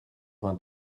vingt